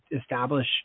establish